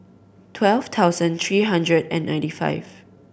twelve thousand three hundred and ninety five